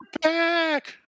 back